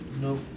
No